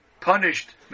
punished